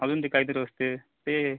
अजून ते काहीतरी असते ते